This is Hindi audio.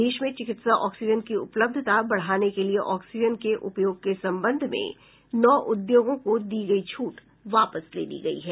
देश में चिकित्सा ऑक्सीजन की उपलब्धता बढ़ाने के लिए ऑक्सीजन के उपयोग के संबंध में नौ उद्योगों को दी गई छूट वापस ले ली गई है